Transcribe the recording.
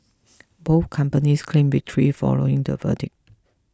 both companies claimed victory following the verdict